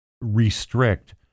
restrict